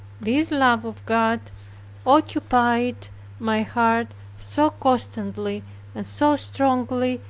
this love of god occupied my heart so constantly and so strongly,